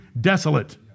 desolate